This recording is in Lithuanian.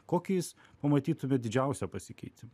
kokį jūs pamatytumėt didžiausią pasikeitimą